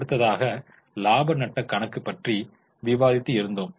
அடுத்தாக இலாப நட்டக் கணக்கு பற்றி விவாதித்து இருந்தோம்